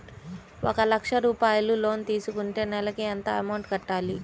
ఒక లక్ష రూపాయిలు లోన్ తీసుకుంటే నెలకి ఎంత అమౌంట్ కట్టాలి?